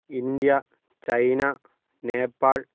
India China Nepal